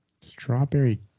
Strawberry